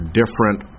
different